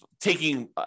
taking